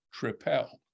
tripel